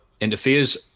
interferes